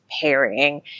pairing